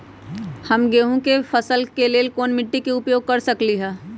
हम गेंहू के फसल के लेल कोन मिट्टी के उपयोग कर सकली ह?